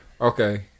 Okay